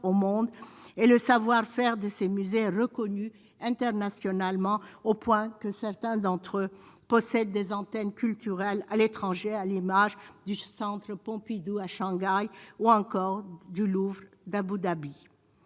au monde et le savoir-faire de ses musées reconnu internationalement, au point que certains d'entre eux possèdent des antennes culturelles à l'étranger, à l'image du Centre le Pompidou à Shanghai ou encore du Louvre d'Abou Dhabi,